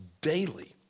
daily